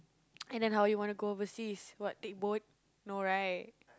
and then how you want go overseas what take boat no right